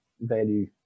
value